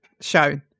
shown